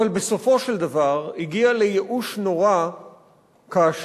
אבל בסופו של דבר הגיע לייאוש נורא כאשר